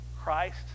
Christ